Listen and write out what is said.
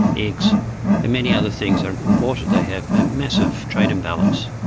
eggs and many other things are imported. they have a massive trade imbalance.